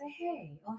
Hey